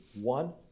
one